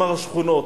משמר השכונות,